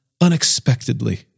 unexpectedly